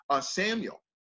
Samuel